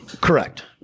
Correct